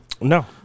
No